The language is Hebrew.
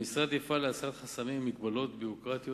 המשרד יפעל להסרת חסמים ומגבלות ביורוקרטיות